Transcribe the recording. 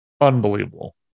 unbelievable